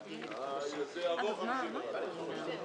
הישיבה ננעלה בשעה 10:35.